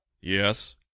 Yes